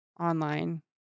online